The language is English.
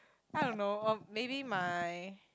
I don't know uh maybe my